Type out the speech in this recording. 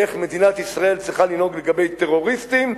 איך מדינת ישראל צריכה לנהוג לגבי טרוריסטים,